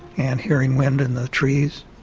and hearing wind in the trees,